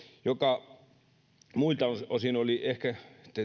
joka oli ehkä